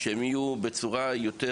כך שהם יהיו בטוחים יותר,